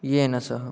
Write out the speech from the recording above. येन सः